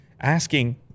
asking